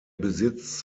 besitz